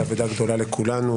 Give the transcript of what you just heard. אבדה גדולה לכולנו.